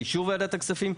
באישור ועדת הכספים,